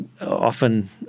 often